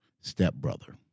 stepbrother